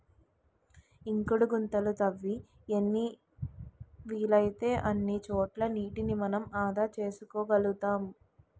ఇంకుడు గుంతలు తవ్వి ఎన్ని వీలైతే అన్ని చోట్ల నీటిని మనం ఆదా చేసుకోగలుతాం